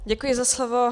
Děkuji za slovo.